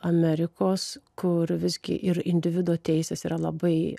amerikos kur visgi ir individo teisės yra labai